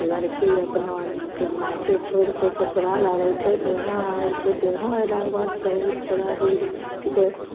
लड़की अपना मतलब मायके छोड़िके ससुराल आबै छै तऽ यहाँ आबै छै तऽ यहाँ अएलाके बाद बहुत सारा बिध होइ छिकै